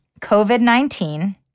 COVID-19